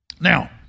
Now